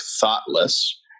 thoughtless